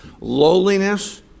Lowliness